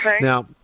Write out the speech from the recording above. Now